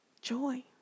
joy